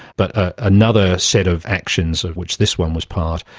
but another set of actions, of which this one was part,